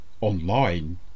online